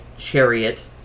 chariot